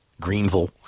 Greenville